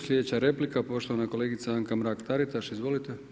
Sljedeća replika poštovana kolegica Anka Mrak-Taritaš, izvolite.